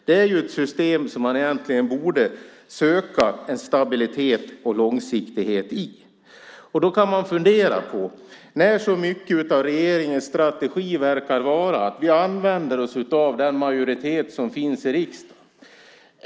Det är ju ett system som man borde söka en stabilitet och en långsiktighet i. Mycket av regeringens strategi verkar vara att man använder den majoritet som finns i riksdagen.